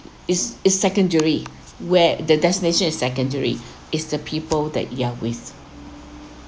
is is secondary where the destination is secondary is the people that you are with